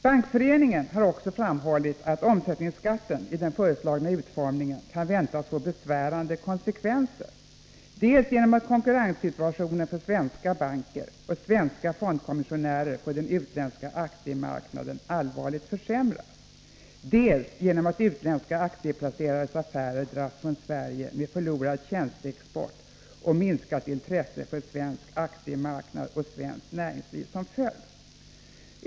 Bankföreningen har också framhållit att omsättningsskatten i den föreslagna utformningen kan väntas få besvärande konsekvenser, dels genom att konkurrenssituationen för svenska banker och svenska fondkommissionärer på den utländska aktiemarknaden allvarligt försämras, dels genom att utländska aktieplacerares affärer dras från Sverige med förlorad tjänstexport och minskat intresse för svensk aktiemarknad och svenskt näringsliv som följd.